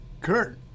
Kurt